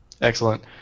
Excellent